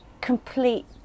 complete